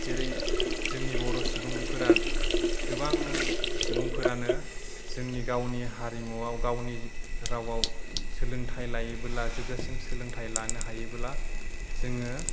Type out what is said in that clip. जेरै जोंनि बर' सुबुंफोरा गोबां सुबुंफोरानो जोंनि गावनि हारिमुवाव गावनि रावाव सोलोंथाइ लायोबोला जोबजासिम सोलोंथाइ लानो हायोबोला जोङो